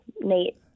nate